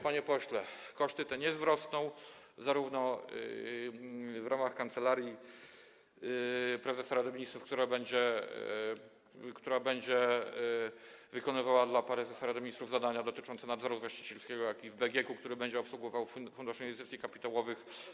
Panie pośle, koszty te nie wzrosną zarówno w ramach Kancelarii Prezesa Rady Ministrów, która będzie wykonywała dla prezesa Rady Ministrów zadania dotyczące nadzoru właścicielskiego, jak i w ramach BGK, który będzie obsługiwał Fundusz Inwestycji Kapitałowych.